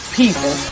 people